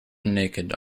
naked